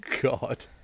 God